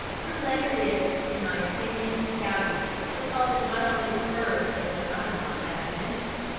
her letter is, in my opinion, valuable, because it not only refers to the phenomenon i have mentioned,